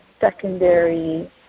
secondary